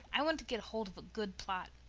i want to get hold of a good plot.